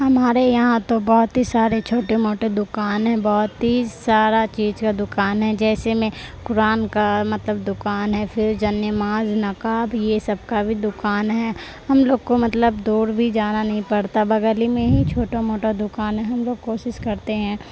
ہمارے یہاں تو بہت ہی سارے چھوٹے موٹے دکان ہیں بہت ہی سارا چیز کا دکان ہے جیسے میں کرانہ کا مطلب دکان ہے پھر جائے نماز نقاب یہ سب کا بھی دکان ہے ہم لوگ کو مطلب دور بھی جانا نہیں پڑتا بگل ہی میں ہی چھوٹا موٹا دکان ہے ہم لوگ کوشش کرتے ہیں